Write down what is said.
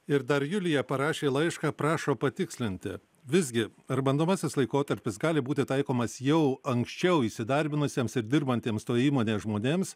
ir dar julija parašė laišką prašo patikslinti visgi ar bandomasis laikotarpis gali būti taikomas jau anksčiau įsidarbinusiems ir dirbantiems toj įmonėje žmonėms